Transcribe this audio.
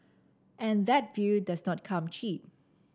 and that view does not come cheap